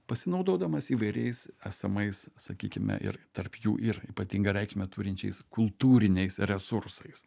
pasinaudodamas įvairiais esamais sakykime ir tarp jų ir ypatingą reikšmę turinčiais kultūriniais resursais